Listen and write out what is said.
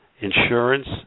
Insurance